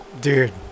dude